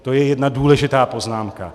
To je jedna důležitá poznámka.